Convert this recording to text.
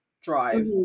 drive